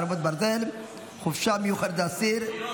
חרבות ברזל) (חופשה מיוחדת לאסיר),